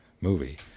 movie